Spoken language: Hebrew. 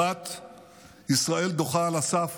1. ישראל דוחה על הסף